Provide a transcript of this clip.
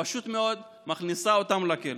ופשוט מאוד מכניסה אותם לכלא.